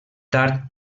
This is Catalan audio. tard